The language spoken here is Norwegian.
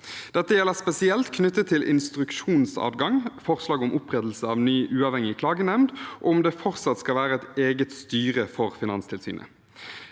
Dette gjelder spesielt knyttet til instruksjonsadgang, forslag om opprettelse av ny, uavhengig klagenemnd, og om det fortsatt skal være et eget styre for Finanstilsynet.